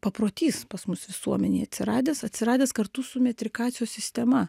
paprotys pas mus visuomenėj atsiradęs atsiradęs kartu su metrikacijos sistema